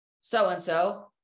so-and-so